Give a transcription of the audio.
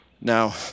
now